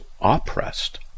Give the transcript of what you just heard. oppressed